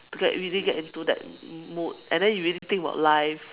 to get really get into that mood and then you really think about life